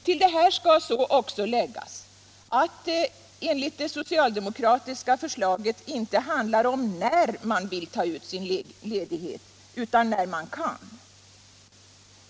Till det här skall också läggas att det enligt det socialdemokratiska förslaget inte handlar om när man vill ta ut sin ledighet utan när man kan.